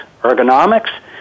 ergonomics